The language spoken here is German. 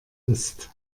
ist